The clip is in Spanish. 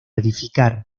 edificar